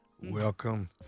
welcome